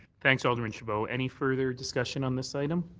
thanks, alderman chabot. any further discussion on this item?